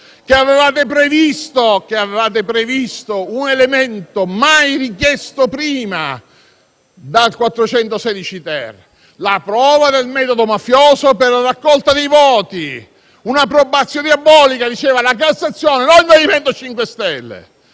che avevate previsto un elemento mai richiesto prima dal 416-*ter¸*ossia la prova del metodo mafioso per la raccolta dei voti: una *probatio diabolica* diceva la Cassazione, non il MoVimento 5 Stelle.